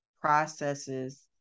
processes